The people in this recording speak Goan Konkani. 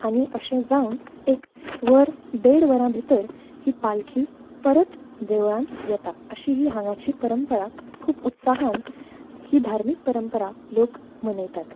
आनी अशें जावन एक वर देड वरां भितर ही पालखी परत देवळान येता अशी ही हांगाची परंपरा खूब उत्साहान ही धार्मीक परंपरा लोक मनयतात